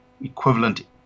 equivalent